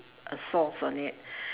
a sauce on it